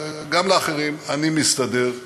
וגם לאחרים: אני מסתדר היטב,